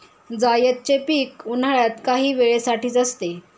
जायदचे पीक उन्हाळ्यात काही वेळे साठीच असते